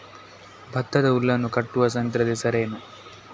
ಭತ್ತದ ಹುಲ್ಲನ್ನು ಕಟ್ಟುವ ಯಂತ್ರದ ಹೆಸರೇನು?